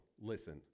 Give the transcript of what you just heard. listen